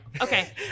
Okay